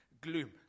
gloom